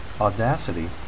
Audacity